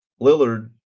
lillard